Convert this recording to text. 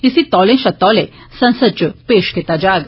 इसी तौले शा तौले संसद च पेश कीता जाग